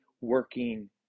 working